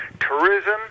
tourism